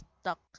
stuck